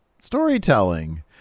storytelling